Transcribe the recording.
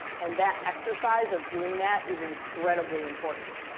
and that exercise of doing that is incredibly important.